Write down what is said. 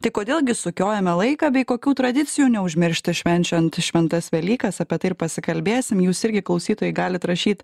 tai kodėl gi sukiojame laiką bei kokių tradicijų neužmiršti švenčiant šventas velykas apie tai ir pasikalbėsim jūs irgi klausytojai galit rašyt